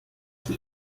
die